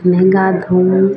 ଗାଧୋଉ